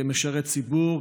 כמשרת ציבור,